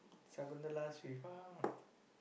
Sakunthala's with uh